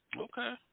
Okay